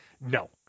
No